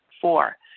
four